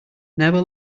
never